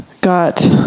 got